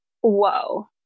whoa